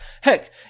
Heck